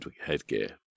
headgear